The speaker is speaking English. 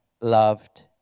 loved